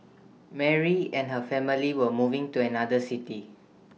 Mary and her family were moving to another city